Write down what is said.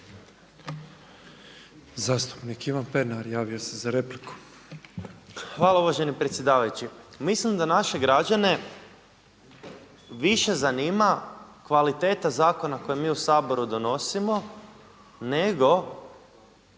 Zastupnik Ivan Pernar javio se za repliku. **Pernar, Ivan (Živi zid)** Hvala uvaženi predsjedavajući. Mislim da naše građane više zanima kvaliteta zakona koje mi u Saboru donosimo nego